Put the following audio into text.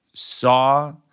saw